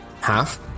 half